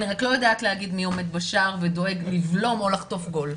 אני רק לא יודעת להגיד מי עומד בשער ודואג לבלום או לחטוף גול.